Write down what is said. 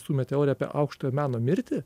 stūmė teoriją apie aukštojo meno mirtį